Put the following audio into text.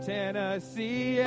Tennessee